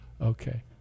Okay